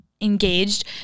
engaged